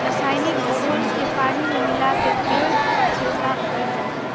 रसायनिक घोल के पानी में मिलाके पेड़ पर छिड़काव कैल जा हई